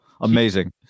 Amazing